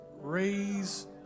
raise